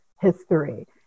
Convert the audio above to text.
history